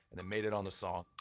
and they made it on the song.